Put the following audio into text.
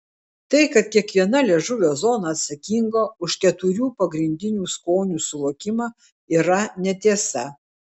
tai kad kiekviena liežuvio zona atsakinga už keturių pagrindinių skonių suvokimą yra netiesa